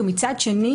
ומצד שני,